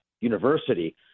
university